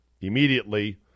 immediately